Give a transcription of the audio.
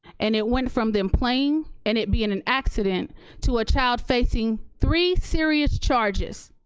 and it went from them playing and it being an accident to a child facing three serious charges.